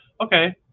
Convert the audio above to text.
okay